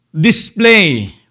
display